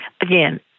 Again